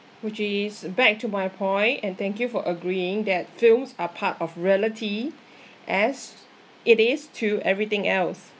which is back to my point and thank you for agreeing that films are part of reality as it is to everything else